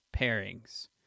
pairings